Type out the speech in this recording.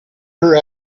her